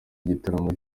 igitaramo